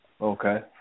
Okay